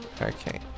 Okay